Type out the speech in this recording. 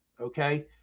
Okay